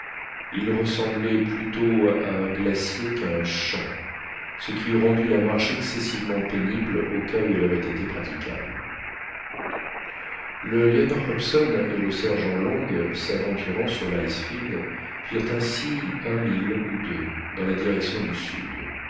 il ressemblait plutôt à un glacier qu'à un champ ce qui eût rendu la marche excessivement pénible au cas où elle aurait été praticable le lieutenant hobson et le sergent long s'aventurant sur l'icefield firent ainsi un mille ou deux dans la direction du sud